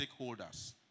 stakeholders